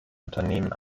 unternehmen